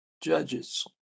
judges